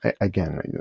again